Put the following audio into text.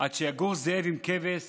עד שיגור זאב עם כבש